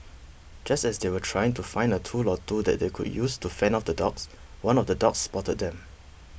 just as they were trying to find a tool or two that they could use to fend off the dogs one of the dogs spotted them